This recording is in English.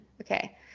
okay